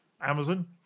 Amazon